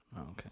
Okay